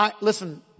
listen